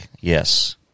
yes